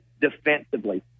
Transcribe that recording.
defensively